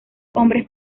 hombres